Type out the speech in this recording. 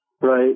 Right